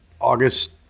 August